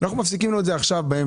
אנחנו מפסיקים לו את זה עכשיו באמצע,